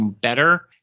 better